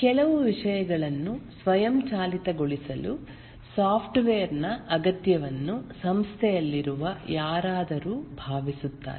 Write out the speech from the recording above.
ಕೆಲವು ವಿಷಯಗಳನ್ನು ಸ್ವಯಂಚಾಲಿತಗೊಳಿಸಲು ಸಾಫ್ಟ್ವೇರ್ ನ ಅಗತ್ಯವನ್ನು ಸಂಸ್ಥೆಯಲ್ಲಿರುವ ಯಾರಾದರೂ ಭಾವಿಸುತ್ತಾರೆ